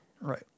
right